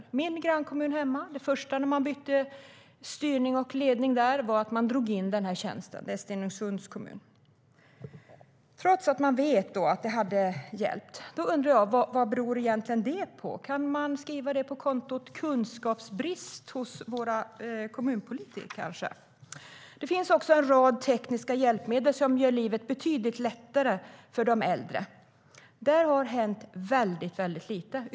I min grannkommun Stenungsund var det första man gjorde när man bytte styre och ledning att man drog in den här tjänsten, trots att man vet att den varit till hjälp. Jag undrar vad detta egentligen beror på. Kan man kanske skriva det på kontot kunskapsbrist hos våra kommunpolitiker? Det finns en rad tekniska hjälpmedel som gör livet betydligt lättare för de äldre. Men där har det hänt väldigt lite.